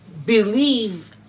believe